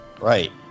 Right